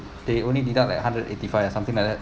they only deduct like hundred and eighty five something like that